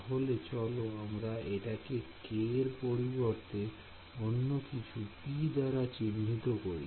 তাহলে চলো আমরা এটাকে k এর পরিবর্তে অন্য কিছু p দাঁড়া চিহ্নিত করছি